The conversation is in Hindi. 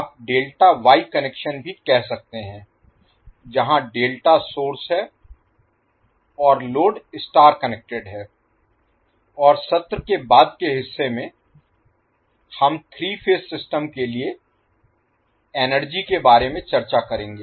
आप डेल्टा वाई कनेक्शन भी कह सकते हैं जहां डेल्टा सोर्स है और लोड स्टार कनेक्टेड है और सत्र के बाद के हिस्से में हम 3 फेज सिस्टम के लिए एनर्जी के बारे में चर्चा करेंगे